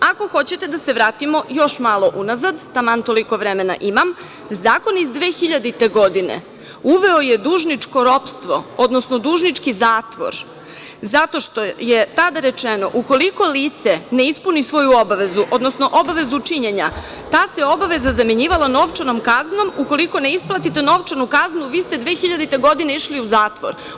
Ako hoćete da s vratimo još malo unazad, taman toliko vremena imam, zakon iz 2000. godine uveo je dužničko ropstvo, odnosno dužnički zatvor, zato što je tada rečeno – ukoliko lice ne ispuni svoju obavezu, odnosno obavezu činjenja, ta se obaveza zamenjivala novčanom kaznom ukoliko ne isplatite novčanu kaznu, vi ste 2000. godine išli u zatvor.